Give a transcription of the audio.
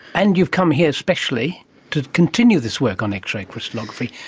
and you've come here especially to continue this work on x-ray crystallography.